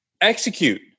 Execute